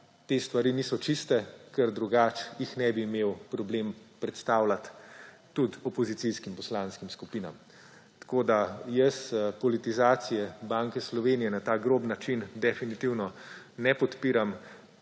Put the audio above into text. te stvari niso čiste, ker drugače jih ne bi imel problem predstaviti tudi opozicijskim poslanskim skupinam. Tako jaz politizacije Banke Slovenije na tak grob način definitivno ne podpiram,